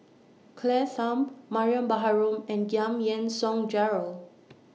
Claire Tham Mariam Baharom and Giam Yean Song Gerald